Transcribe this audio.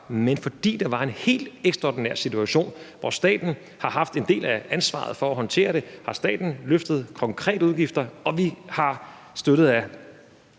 Men fordi der var en helt ekstraordinær situation, hvor staten har haft en del af ansvaret for at håndtere det, har staten konkret løftet udgifter, og vi har, støttet af